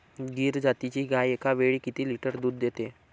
गीर जातीची गाय एकावेळी किती लिटर दूध देते?